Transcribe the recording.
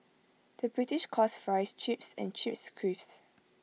the British calls Fries Chips and Chips Crisps